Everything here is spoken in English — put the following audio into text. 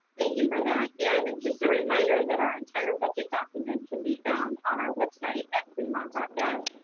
thank you for that. and just a reminder that our entire budget document can be found on our website at fremont gov,